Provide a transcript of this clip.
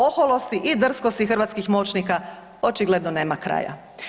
Oholosti i drskosti hrvatskih moćnika očigledno nema kraja.